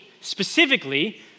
specifically